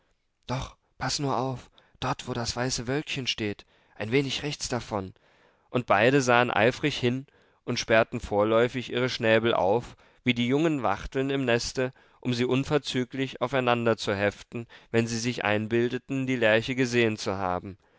doch paß nur auf dort wo das weiße wölkchen steht ein wenig rechts davon und beide sahen eifrig hin und sperrten vorläufig ihre schnäbel auf wie die jungen wachteln im neste um sie unverzüglich aufeinanderzuheften wenn sie sich einbildeten die lerche gesehen zu haben